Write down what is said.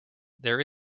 there